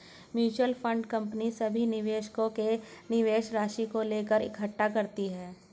mutual fund company सभी निवेशकों के निवेश राशि को लेकर इकट्ठे करती है